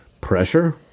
pressure